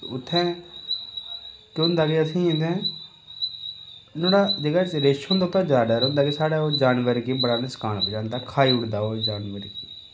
ते उत्थैं केह् होंदा के असेंगी नुहाड़ा जेह्ड़ा रिच्छ होंदा उत्थै जादा डर होंदा के ओह् साढ़ै जानवर गी बड़ा नकसान पजांदा खाई ओड़दा ओह् जानवर गी